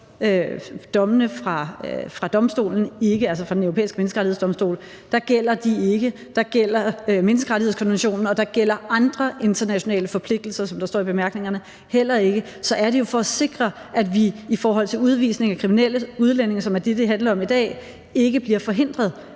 der gælder dommene fra den europæiske menneskerettighedsdomstol ikke, at der gælder menneskerettighedskonventionen og der gælder andre internationale forpligtelser, som der står i bemærkningerne, heller ikke, så er det jo for at sikre, at vi i forhold til udvisning af kriminelle udlændinge, som er det, det handler om i dag, ikke bliver forhindret